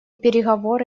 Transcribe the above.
переговоры